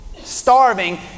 starving